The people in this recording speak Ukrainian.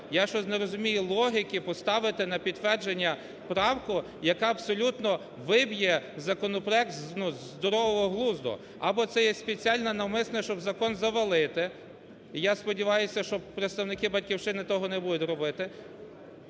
Я щось не розумію логіки поставити на підтвердження правку, яка абсолютно виб'є законопроект, ну, з здорового глузду. Або це є спеціально, навмисно, щоб закон завалити – і я сподіваюся, що представники "Батьківщини" того не будуть робити,